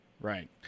Right